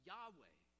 Yahweh